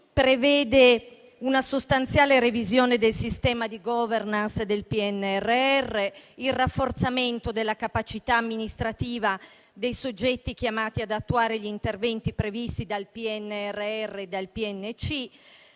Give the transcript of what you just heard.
prevede una sostanziale revisione del sistema di *governance* del PNRR, il rafforzamento della capacità amministrativa dei soggetti chiamati ad attuare gli interventi previsti dal PNRR e dal PNC,